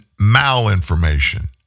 malinformation